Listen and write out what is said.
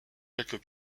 quelques